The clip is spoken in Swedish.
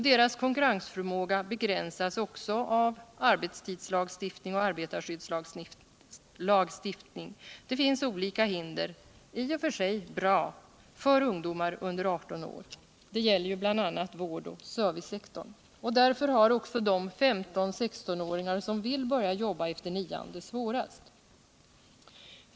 Deras konkurrensförmåga begränsas också av arbetstidslagstiftning och arbetarskyddslagstiftning. Det finns olika hinder — i och för sig bra —- för ungdomar under 18 år. Det gäller bl.a. vård och servicesektorn. Därför har också de 15—-16-åringar som vill börja jobba efter nian det svårast.